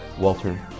Walter